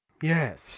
Yes